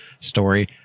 story